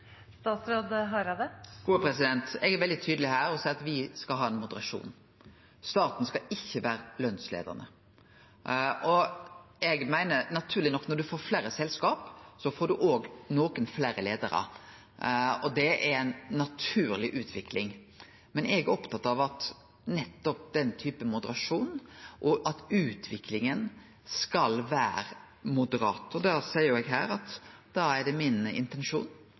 moderasjon. Staten skal ikkje vere lønsleiande. Eg meiner naturleg nok at når ein får fleire selskap, får ein òg nokre fleire leiarar. Det er ei naturleg utvikling. Men eg er opptatt av nettopp moderasjon, og at utviklinga skal vere moderat. Da seier eg at det er min intensjon å ta opp dette på generalforsamling, det er mitt verkemiddel – nettopp når det